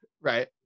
right